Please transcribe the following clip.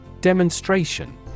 Demonstration